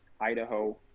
Idaho